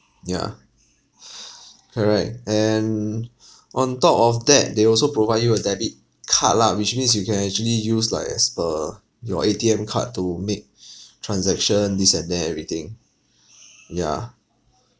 yeah correct and on top of that they also provide you a debit card lah which means you can actually use like as per your A_T_M card to make transaction this and that everything yeah